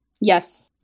Yes